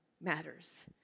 matters